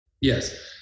Yes